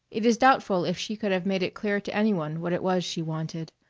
it is doubtful if she could have made it clear to any one what it was she wanted,